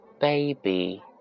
Baby